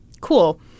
Cool